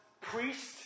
priest